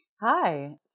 Hi